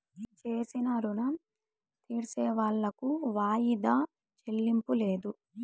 చేసిన రుణం తీర్సేవాళ్లకు వాయిదా చెల్లింపు లేదు